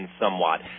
somewhat